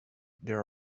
there